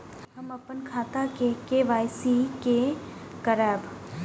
हम अपन खाता के के.वाई.सी के करायब?